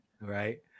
right